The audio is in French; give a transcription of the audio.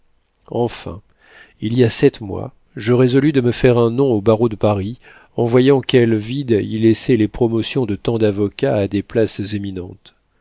enfin il y a sept mois je résolus de me faire un nom au barreau de paris en voyant quels vides y laissaient les promotions de tant d'avocats à des places éminentes